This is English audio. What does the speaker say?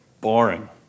boring